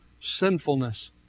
sinfulness